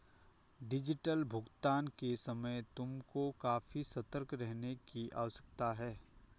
digital भुगतान के समय तुमको काफी सतर्क रहने की आवश्यकता है